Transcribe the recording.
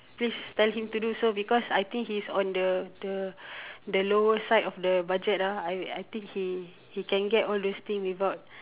please tell him to do so because I think he's on the the the lower side of the budget ah I I think he can get all those things without